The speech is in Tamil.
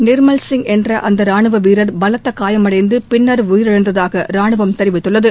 நிர்மல் சிங் என்ற அந்த ரானுவ வீரர் பலத்த காயம் அடைந்து பின்னர் உயிரிழந்ததாக ரானுவம் தெரிவித்துள்ளது